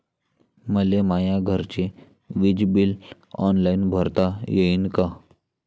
मले माया घरचे विज बिल ऑनलाईन भरता येईन का?